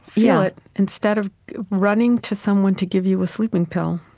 yeah but instead of running to someone to give you a sleeping pill.